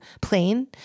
Plain